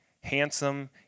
handsome